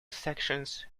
sections